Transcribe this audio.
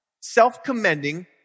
Self-commending